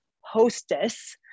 hostess